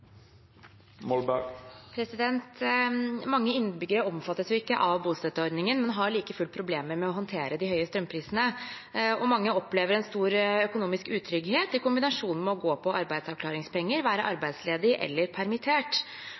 Mange innbyggere omfattes ikke av bostøtteordningen, men har like fullt problemer med å håndtere de høye strømprisene. Mange opplever også en stor økonomisk utrygghet i kombinasjon med å gå på arbeidsavklaringspenger, være arbeidsledig eller permittert.